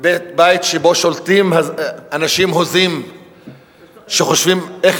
בית ששולטים בו אנשים הוזים שחושבים איך